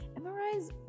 MRIs